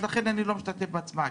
לכן אני לא משתתף בהצבעה,